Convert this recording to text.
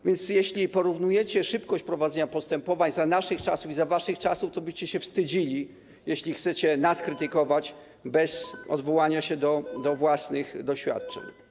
A więc jeśli porównujecie szybkość prowadzenia postępowań za naszych czasów i za waszych czasów, to byście się wstydzili, jeśli chcecie nas krytykować bez odwoływania się do własnych doświadczeń.